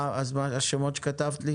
השמות שכתבת לי?